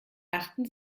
achten